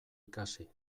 ikasi